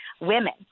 women